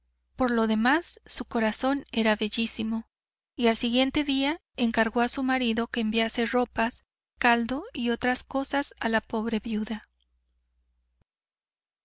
por lo demás su corazón era bellísimo y al siguiente día encargó a su marido que enviase ropas caldo y otras cosas a la pobre viuda